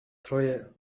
troje